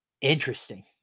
Interesting